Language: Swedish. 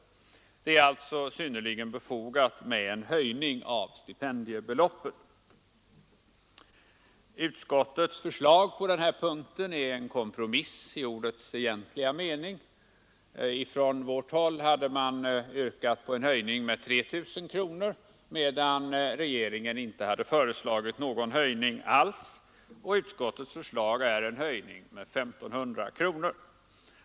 Det är alltså synnerligen befogat med en höjning av stipendiebeloppen. Utskottets förslag på denna punkt är en kompromiss i ordets egentliga mening. Från vårt håll hade man yrkat på en höjning med 3 000, medan regeringen inte hade föreslagit någon höjning alls, och utskottets förslag är en höjning med 1 500 kronor.